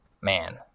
man